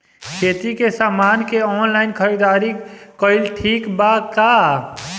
खेती के समान के ऑनलाइन खरीदारी कइल ठीक बा का?